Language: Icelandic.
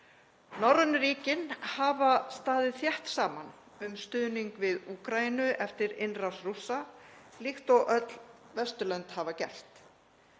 Norrænu ríkin hafa staðið þétt saman um stuðning við Úkraínu eftir innrás Rússa líkt og öll Vesturlönd hafa gert.